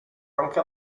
anche